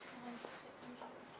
בינינו לבין הרשות